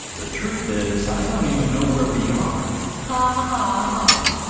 the truth is i don't even know where we are hahaha.